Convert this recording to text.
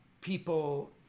people